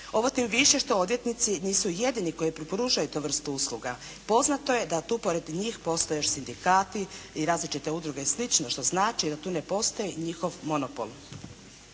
Ovo tim više što odvjetnici nisu jedini koji preporučaju tu vrstu usluga. Poznato je da tu pored njih postoje još sindikati i različite udruge i sl. što znači da tu ne postoji njihov monopol.